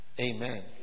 Amen